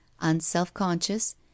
unselfconscious